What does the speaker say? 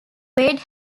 wade